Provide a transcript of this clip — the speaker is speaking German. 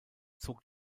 zog